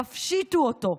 יפשיטו אותו.